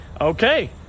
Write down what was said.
Okay